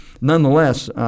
nonetheless